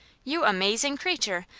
you amazing creature!